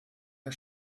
der